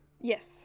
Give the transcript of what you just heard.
Yes